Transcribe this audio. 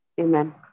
Amen